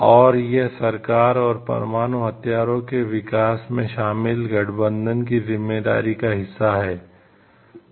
और यह सरकार और परमाणु हथियारों के विकास में शामिल गठबंधन की जिम्मेदारी का हिस्सा है